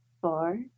four